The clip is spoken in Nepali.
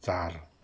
चार